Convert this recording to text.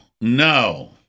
No